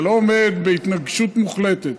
זה לא עומד בהתנגשות מוחלטת.